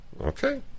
Okay